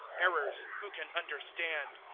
errors, who can understand!